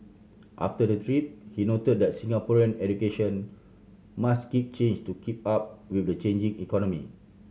after the trip he noted that Singaporean education must keep change to keep up with the changing economy